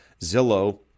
Zillow